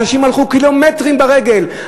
אנשים הלכו קילומטרים ברגל.